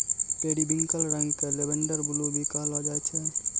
periwinkle रंग क lavender blue भी कहलो जाय छै